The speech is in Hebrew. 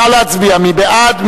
נא להצביע, מי בעד?